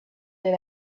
that